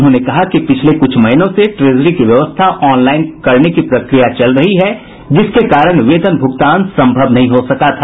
उन्होंने कहा कि पिछले कुछ महीनों से ट्रेजरी की व्यवस्था ऑनलाइन करने की प्रक्रिया चल रही है जिसके कारण वेतन भुगतान संभव नहीं हो सका था